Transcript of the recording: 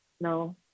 no